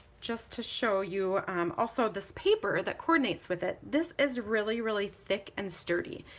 just to show you um also this paper that coordinates with it, this is really really thick and sturdy,